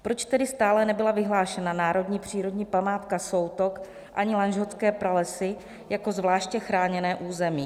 Proč tedy stále nebyla vyhlášena národní přírodní památka Soutok ani Lanžhotské pralesy jako zvláště chráněné území?